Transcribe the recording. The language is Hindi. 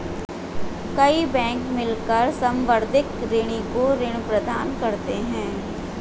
कई बैंक मिलकर संवर्धित ऋणी को ऋण प्रदान करते हैं